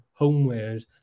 Homewares